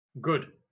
Good